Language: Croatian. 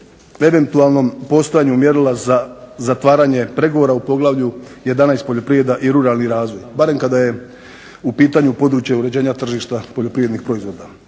eventualnom postojanju mjerila za zatvaranje pregovora u poglavlju 11.-Poljoprivreda i ruralni razvoj, barem kada je u pitanju područje uređenja tržišta poljoprivrednih proizvoda.